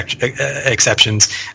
exceptions